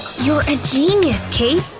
you're a genius, kate!